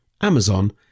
Amazon